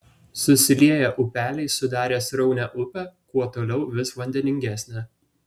susilieję upeliai sudarė sraunią upę kuo toliau vis vandeningesnę